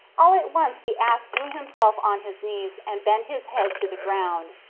all at once the ass threw himself on his knees and bent his head to the ground.